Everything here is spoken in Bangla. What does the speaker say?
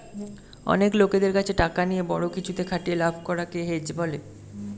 অনেক লোকদের কাছে টাকা নিয়ে বড়ো কিছুতে খাটিয়ে লাভ করা কে হেজ বলে